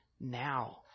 now